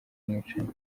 umwicanyi